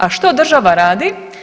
A što država radi?